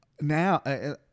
now